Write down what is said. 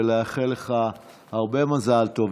ולאחל לך הרבה מזל טוב,